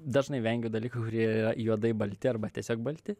dažnai vengiu dalykų kurie ya juodai balti arba tiesiog balti